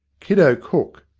kiddo cook,